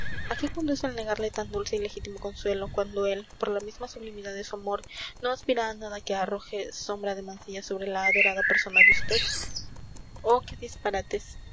conduce el negarle tan dulce y legítimo consuelo cuando él por la misma sublimidad de su amor no aspira a nada que arroje sombra de mancilla sobre la adorada persona de usted oh qué disparates